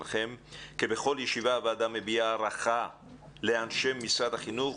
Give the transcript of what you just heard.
כבכל ישיבה הוועדה מביעה הערכה לאנשי משרד החינוך,